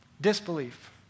Disbelief